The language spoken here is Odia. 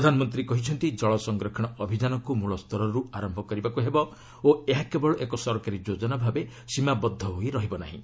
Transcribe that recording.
ପ୍ରଧାନମନ୍ତ୍ରୀ କହିଛନ୍ତି ଜଳ ସଂରକ୍ଷଣ ଅଭିଯାନକୁ ମୂଳ ୍ତରରୁ ଆରମ୍ଭ କରିବାକୁ ହେବ ଓ ଏହା କେବଳ ଏକ ସରକାରୀ ଯୋଜନା ଭାବେ ସୀମାବଦ୍ଧ ହୋଇ ରହିବ ନାହିଁ